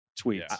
tweets